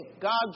God's